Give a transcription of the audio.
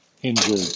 Injured